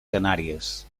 canàries